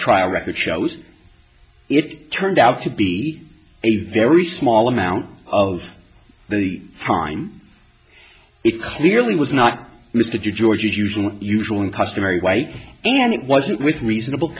trial record shows it turned out to be a very small amount of the time it clearly was not mr george's usual usual and customary white and it wasn't with reasonable